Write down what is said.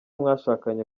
mwashakanye